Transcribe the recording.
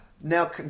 Now